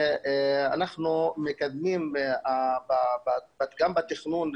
אנחנו מקדמים גם בתכנון,